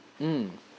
mm